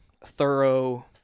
thorough